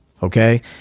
Okay